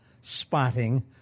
spotting